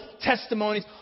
testimonies